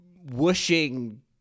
whooshing